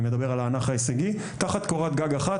אני מדבר על האנך ההישגי תחת קורת גג אחת,